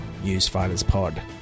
newsfighterspod